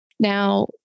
Now